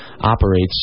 operates